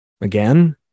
Again